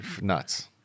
Nuts